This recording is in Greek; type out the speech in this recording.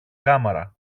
κάμαρα